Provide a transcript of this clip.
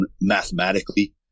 mathematically